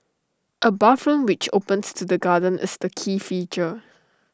A bathroom which opens to the garden is the key feature